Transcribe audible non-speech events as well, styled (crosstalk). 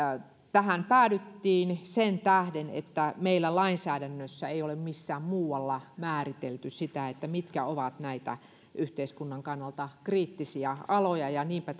tähän päädyttiin sen tähden että meillä lainsäädännössä ei ole missään muualla määritelty sitä mitkä ovat näitä yhteiskunnan kannalta kriittisiä aloja ja niinpä (unintelligible)